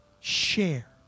Share